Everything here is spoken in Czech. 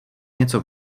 něco